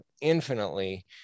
infinitely